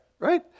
right